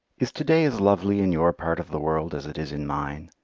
is to-day as lovely in your part of the world as it is in mine,